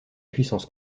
puissance